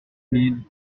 mille